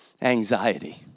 anxiety